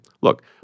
Look